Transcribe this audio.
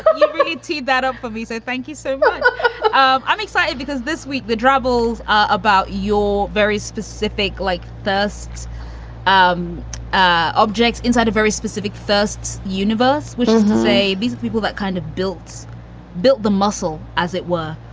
but you've really teed that up for visa. thank you, sir so um i'm excited because this week the troubles are about your very specific, like this um object inside a very specific first universe, which is to say these people that kind of built built the muscle, as it were,